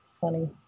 funny